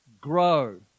Grow